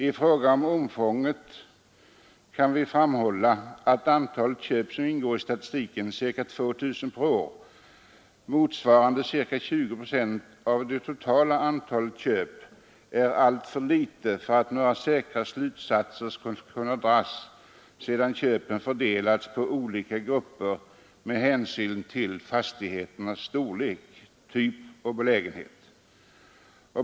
I fråga om omfånget kan vi framhålla, att antalet köp som ingår i statistiken — ca 2 000 per år och motsvarande ca 20 procent av det totala antalet köp — är alltför litet för att några säkra slutsatser skulle kunna dragas sedan köpen fördelats på olika grupper med hänsyn till fastigheternas storlek, typ och belägenhet.